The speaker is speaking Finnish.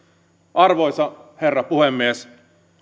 arvoisa herra puhemies